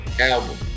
album